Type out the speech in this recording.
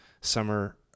summer